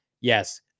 Yes